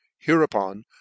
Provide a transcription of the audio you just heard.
Hereupon